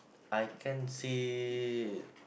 I can say